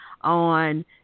on